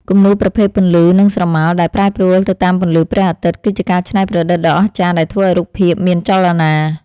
គំនូរប្រភេទ ពន្លឺ និងស្រមោល ដែលប្រែប្រួលទៅតាមពន្លឺព្រះអាទិត្យ គឺជាការច្នៃប្រឌិតដ៏អស្ចារ្យដែលធ្វើឱ្យរូបភាពមានចលនា។